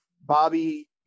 Bobby